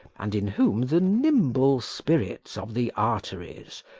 and in whom the nimble spirits of the arteries,